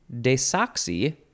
Desoxy